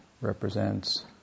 represents